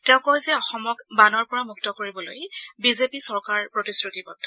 তেওঁ কয় যে অসমক বানৰ পৰা মুক্ত কৰিবলৈ বিজেপি চৰকাৰ প্ৰতিশ্ৰুতিবদ্ধ